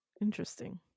Interesting